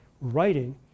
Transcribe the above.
writing